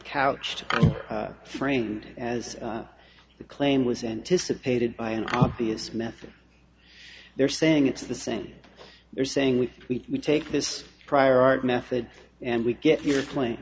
couched framed as the claim was anticipated by an obvious method they're saying it's the same they're saying we we take this prior art method and we get your cla